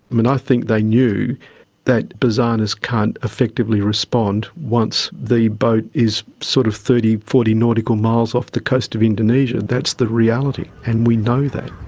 mean, i think they knew that basarnas can't effectively respond once the boat is sort of thirty, forty nautical miles off the coast of indonesia. that's the reality, and we know that.